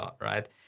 right